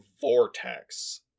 vortex